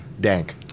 Dank